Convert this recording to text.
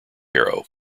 harrow